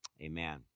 amen